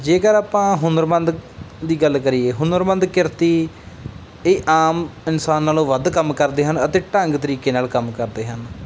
ਜੇਕਰ ਆਪਾਂ ਹੁਨਰਮੰਦ ਦੀ ਗੱਲ ਕਰੀਏ ਹੁਨਰਮੰਦ ਕਿਰਤੀ ਇਹ ਆਮ ਇਨਸਾਨ ਨਾਲੋਂ ਵੱਧ ਕੰਮ ਕਰਦੇ ਹਨ ਅਤੇ ਢੰਗ ਤਰੀਕੇ ਨਾਲ ਕੰਮ ਕਰਦੇ ਹਨ